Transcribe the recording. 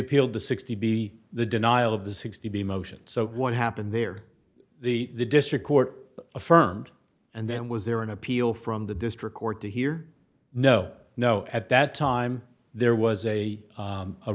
appealed to sixty be the denial of the sixty be motions so what happened there the district court affirmed and then was there an appeal from the district court to hear no no at that time there was a